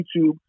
YouTube